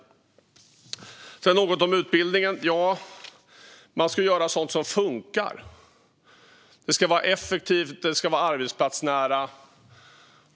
Jag ska också säga något om utbildningen. Man ska göra sådant som funkar. Det ska vara effektivt och arbetsplatsnära.